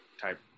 type